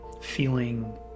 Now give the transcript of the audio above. feeling